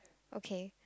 okay